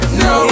no